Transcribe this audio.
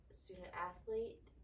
student-athlete